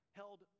held